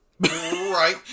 Right